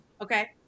Okay